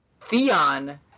Theon